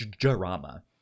drama